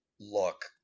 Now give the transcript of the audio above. look